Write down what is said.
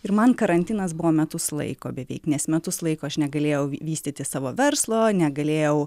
ir man karantinas buvo metus laiko beveik nes metus laiko aš negalėjau vystyti savo verslo negalėjau